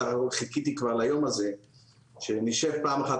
אני בסך הכל חיכיתי כבר ליום הזה שנשב פעם אחת